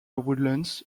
woodlands